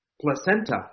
placenta